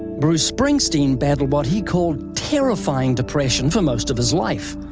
bruce springsteen battled what he called terrifying depression for most of his life.